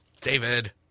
David